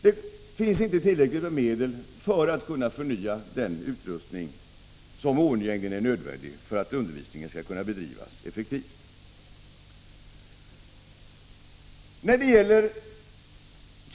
Det finns inte tillräckliga medel för att kunna förnya den utrustning som är oundgängligen nödvändig för att undervisningen skall kunna bedrivas effektivt.